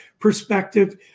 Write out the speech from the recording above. perspective